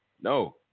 no